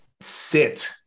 sit